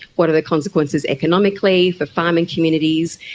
what are the consequences economically, for farming communities.